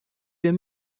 wir